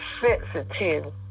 sensitive